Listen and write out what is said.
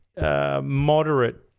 Moderate